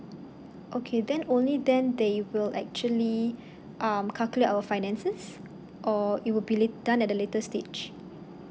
okay then only then they will actually um calculate our finances or it will be late done at the later stage